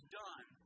done